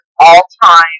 all-time